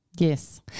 Yes